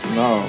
no